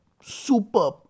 super